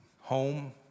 home